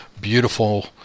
beautiful